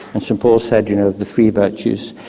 and st paul said you know of the three virtues,